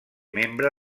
membre